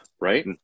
right